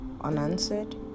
unanswered